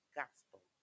gospel